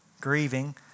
grieving